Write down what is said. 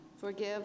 Forgive